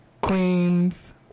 queens